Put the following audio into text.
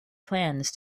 plans